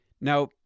Now